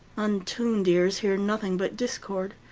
untuned ears hear nothing but discord.